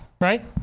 right